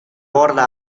borda